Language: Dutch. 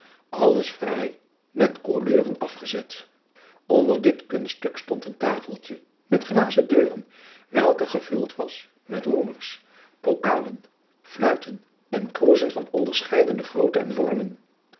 alles fraai met koleuren afgezet onder dit kunststuk stond een tafeltje met glazen deuren welke gevuld was met roemers pokalen fluiten en kroezen van onderscheidene grootte en vormen